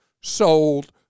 sold